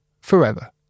forever